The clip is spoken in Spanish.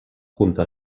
junto